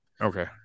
Okay